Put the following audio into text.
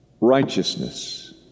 Righteousness